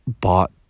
bought